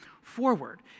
forward